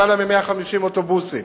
למעלה מ-150 אוטובוסים.